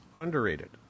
underrated